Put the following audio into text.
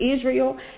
Israel